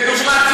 לדוגמה,